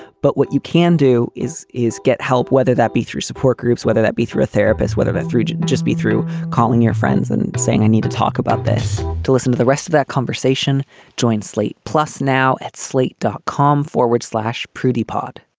but what you can do is is get help, whether that be through support groups, whether that be through a therapist, whether that through to just be through calling your friends and saying, i need to talk about this to listen to the rest of that conversation joint slate plus now at slate, dot com forward slash prudy pod